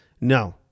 No